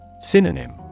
Synonym